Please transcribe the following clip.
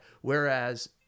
Whereas